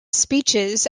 speeches